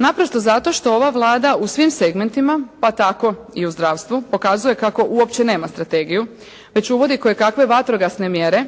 Naprosto zato što ova Vlada u svim segmentima, pa tako i u zdravstvu pokazuje kako uopće nema strategiju već uvodi kojekakve vatrogasne mjere,